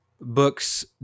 books